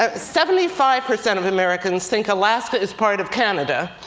ah seventy five percent of americans think alaska is part of canada.